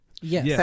Yes